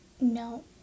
No